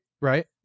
Right